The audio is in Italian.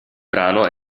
brano